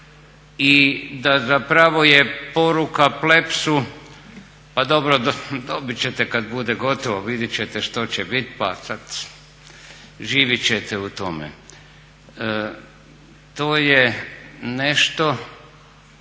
i da zapravo je poruka Plepsu pa dobro dobit ćete kad bude gotovo, vidit ćete što će bit pa sad živit ćete u tome. To je nešto